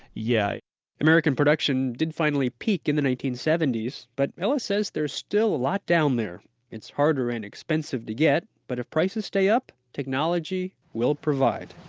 yeah american production did finally peak in the nineteen seventy s. but ellis says there's still a lot down there it's harder and expensive to get, but if prices stays up, technology will provide.